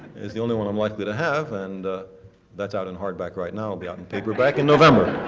it's the only one i'm likely to have and that's out in hardback right now, will be out in paperback in november.